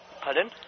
Pardon